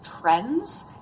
trends